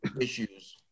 issues